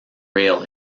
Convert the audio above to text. rail